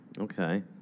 Okay